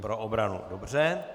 Pro obranu, dobře.